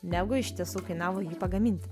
negu iš tiesų kainavo jį pagaminti